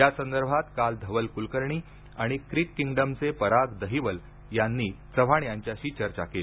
या संदर्भात काल धवल कूलकर्णी आणि क्रिककिंगडमचे पराग दहिवल यांनी चव्हाण यांच्याशी चर्चा केली